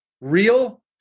real